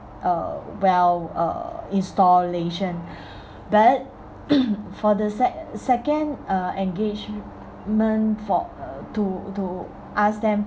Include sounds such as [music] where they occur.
uh well uh installation but [noise] for the sec~ second uh engagement for uh to to ask them